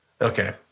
Okay